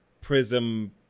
prism